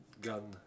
gun